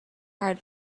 hard